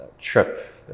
trip